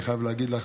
אני חייב להגיד לך,